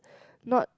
not